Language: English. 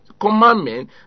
Commandment